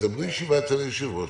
תזמנו ישיבה אצל היושב-ראש,